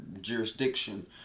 jurisdiction